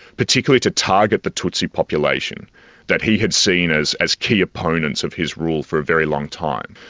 particularly to target the tutsi population that he had seen as as key opponents of his rule for a very long time.